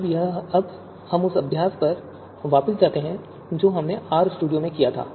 अब हम उस अभ्यास पर वापस जाते हैं जो हमने RStudio में किया था